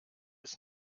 ist